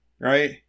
right